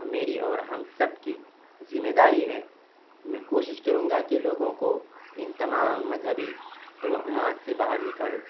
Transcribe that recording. میری اور ہم سب کی ذمہ داری ہے میں کوشش کروں گا کہ لوگوں کو ان تمام مذہبی توہمات سے باہر نکالو